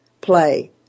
play